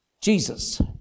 Jesus